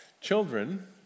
Children